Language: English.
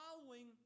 following